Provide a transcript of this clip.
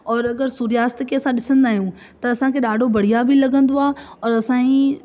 और अगरि सूर्याअस्त खे असां ॾिसंदा आहियूं त असांखे ॾाढो बढ़िया बि लॻंदो आहे और असांजी